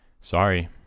Sorry